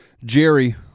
Jerry